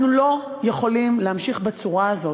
אנחנו לא יכולים להמשיך בצורה הזאת,